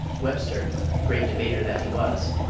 webster great debater that he was,